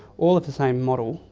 all of the same model,